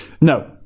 No